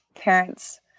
parents